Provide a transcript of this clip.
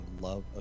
love